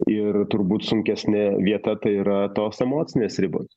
ir turbūt sunkesnė vieta tai yra tos emocinės ribos